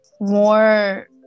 more